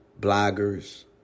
bloggers